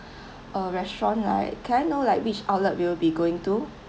uh restaurant right can I know like which outlet you'll be going to